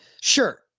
sure